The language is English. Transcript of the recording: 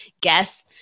guess